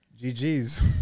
GGs